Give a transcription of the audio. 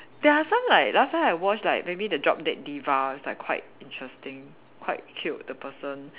there are some like last time I watch like maybe the drop dead diva it's like quite interesting quite cute the person